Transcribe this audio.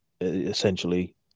essentially